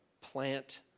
plant